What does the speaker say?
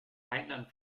rheinland